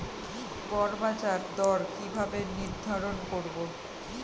গড় বাজার দর কিভাবে নির্ধারণ করব?